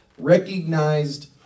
Recognized